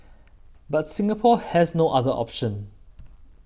but Singapore has no other option